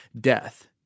death—